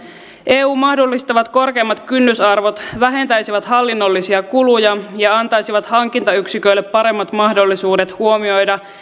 eun mahdollistamat korkeammat kynnysarvot vähentäisivät hallinnollisia kuluja ja antaisivat hankintayksiköille paremmat mahdollisuudet huomioida